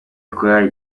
korali